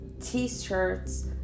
T-shirts